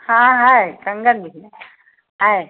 हाँ है कंगन भी है है